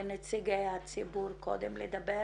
לנציגי הציבור לדבר